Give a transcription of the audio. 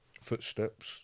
footsteps